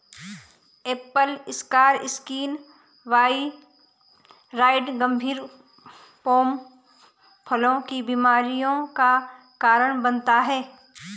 Apple scar skin viroid गंभीर pome फलों की बीमारियों का कारण बनता है